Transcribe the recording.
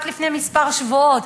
רק לפני כמה שבועות.